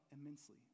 immensely